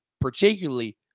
particularly